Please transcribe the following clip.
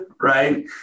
right